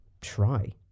try